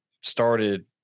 started